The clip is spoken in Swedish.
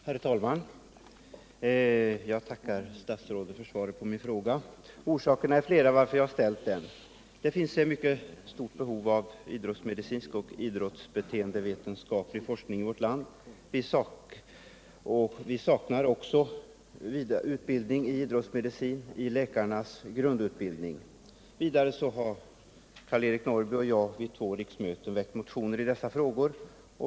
Herr talman! Jag tackar statsrådet för svaret på min fråga. Orsakerna till att jag har ställt den är flera. Det finns ett mycket stort behov av idrottsmedicinsk och idrottsbeteendevetenskaplig forskning i vårt land. Idrottsmedicin saknas också i läkarnas grundutbildning. Vidare har Karl-Eric Norrby och jag vid två riksmöten väckt motioner i dessa frågor.